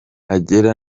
agera